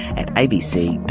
at abc.